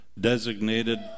designated